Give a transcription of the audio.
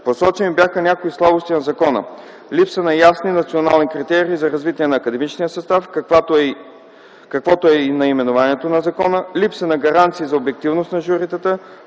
Посочени бяха някои слабости на закона – липса на ясни национални критерии за развитието на академичния състав, каквото е и наименованието на закона, липса на гаранции за обективност на журитата,